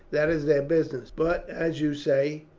that is their business but, as you say,